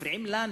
מפריעים לנו